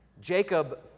Jacob